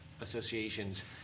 associations